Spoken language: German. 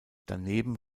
daneben